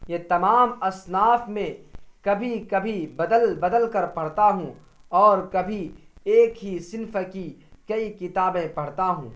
یہ تمام اصناف میں کبھی کبھی بدل بدل کر پڑھتا ہوں اور کبھی ایک ہی صنف کی کئی کتابیں پڑھتا ہوں